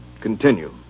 Continue